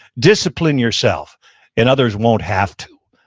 discipline yourself and others won't have to.